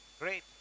Great